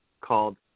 called